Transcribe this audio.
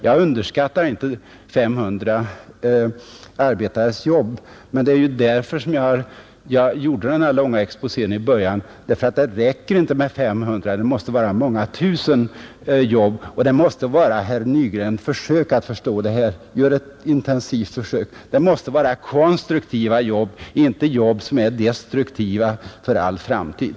Jag underskattar inte 500 arbetares jobb. Det var ju just därför jag gjorde den långa exposén i början; det räcker inte med 500, det måste vara många tusen jobb, och det måste — gör ett intensivt försök att förstå det, herr Nygren — vara konstruktiva jobb, inte jobb som är destruktiva för all framtid.